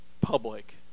public